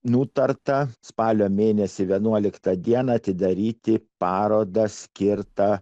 nutarta spalio mėnesį vienuoliktą dieną atidaryti parodą skirtą